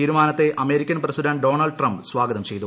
തീരുമാനത്തെ American president Donald Trump സ്പാഗിത്രം ചെയ്തു